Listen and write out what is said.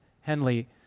Henley